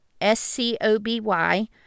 S-C-O-B-Y